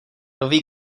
nový